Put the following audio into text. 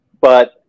But-